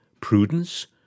prudence